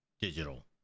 digital